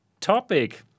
topic